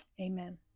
Amen